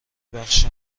بخش